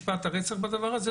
משפט הרצח בדבר הזה,